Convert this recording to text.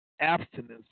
Abstinence